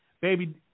baby